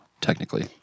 technically